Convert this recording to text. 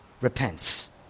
Repents